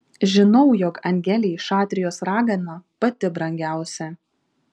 žinau jog angelei šatrijos ragana pati brangiausia